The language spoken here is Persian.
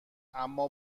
اما